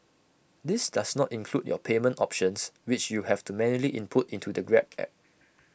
this does not include your payment options which you have to manually input into the grab app